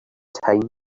time